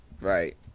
Right